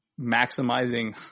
maximizing